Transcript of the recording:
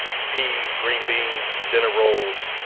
peas, green beans, dinner rolls,